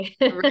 Right